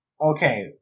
Okay